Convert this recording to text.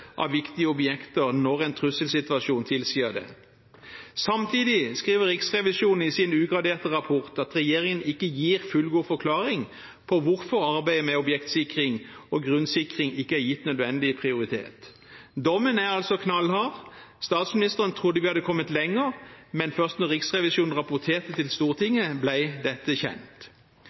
av viktige objekter når en trusselsituasjon tilsier det. Samtidig skriver Riksrevisjonen i sin ugraderte rapport at regjeringen ikke gir fullgod forklaring på hvorfor arbeidet med objektsikring og grunnsikring ikke er gitt nødvendig prioritet. Dommen er altså knallhard. Statsministeren trodde vi hadde kommet lenger, men først da Riksrevisjonen rapporterte til Stortinget, ble dette kjent.